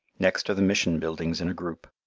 next are the mission buildings in a group.